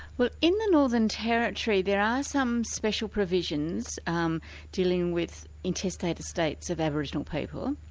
well in the northern territory there are some special provisions um dealing with intestate estates of aboriginal people.